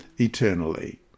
eternally